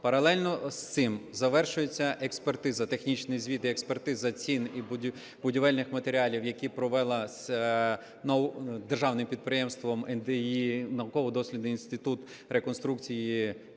Паралельно з цим завершується експертиза, технічний звіт і експертиза цін і будівельних матеріалів, які провелась державним підприємством НДІ, Науково-дослідний інститут реконструкції…